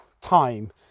time